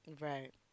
right